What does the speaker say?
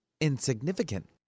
insignificant